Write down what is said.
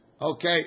Okay